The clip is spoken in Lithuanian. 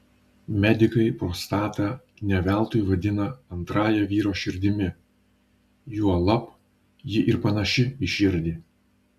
medikai prostatą ne veltui vadina antrąja vyro širdimi juolab ji ir panaši į širdį